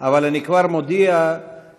אבל אני כבר מודיע שכרגיל,